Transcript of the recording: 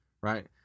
right